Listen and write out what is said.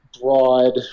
broad